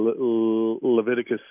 Leviticus